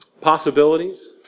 possibilities